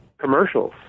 commercials